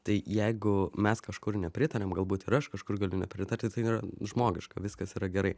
tai jeigu mes kažkur nepritariam galbūt ir aš kažkur galiu nepritarti tai yra žmogiška viskas yra gerai